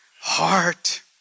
heart